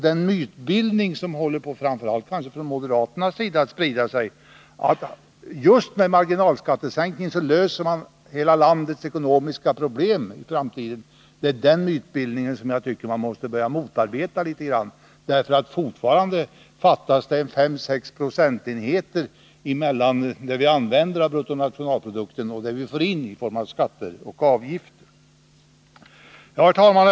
Den mytbildning som kanske framför allt moderaterna håller på att sprida, att man just med marginalskattesänkningen löser landets hela ekonomiska problem, tycker jag att man måste börja motarbeta, eftersom det fortfarande fattas 5 å 6 procentenheter mellan 119 det vi använder av bruttonationalprodukten och det vi får in i form av skatter och avgifter. Herr talman!